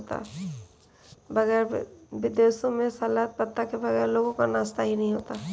विदेशों में सलाद पत्ता के बगैर लोगों का नाश्ता ही नहीं होता